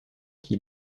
qui